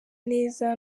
neza